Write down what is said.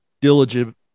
diligent